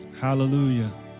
Hallelujah